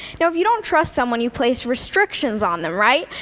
now, if you don't trust someone, you place restrictions on them, right?